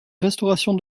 restauration